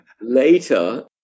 Later